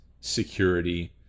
security